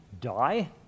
die